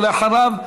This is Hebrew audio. ואחריו,